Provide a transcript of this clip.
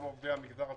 גם עובדי המגזר הציבורי.